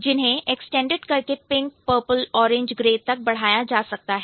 जिन्हें एक्सटेंड करके pink purple orange grey तक बढ़ाया जा सकता है